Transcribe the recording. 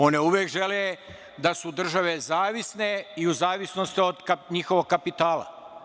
One uvek žele da su države zavisne i u zavisnosti od njihovog kapitala.